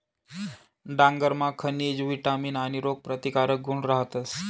डांगरमा खनिज, विटामीन आणि रोगप्रतिकारक गुण रहातस